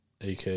AK